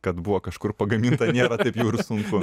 kad buvo kažkur pagaminta nėra taip jau ir sunku